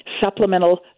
supplemental